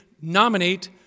nominate